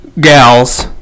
gals